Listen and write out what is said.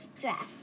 dress